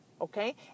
Okay